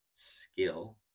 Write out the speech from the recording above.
Skill